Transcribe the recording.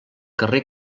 carrer